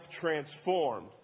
transformed